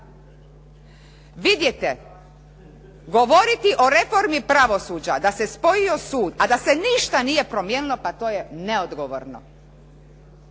Vidite, govoriti o reformi pravosuđa da se spojio sud, a da se ništa nije promijenilo, pa to je neodgovorno.